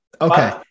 okay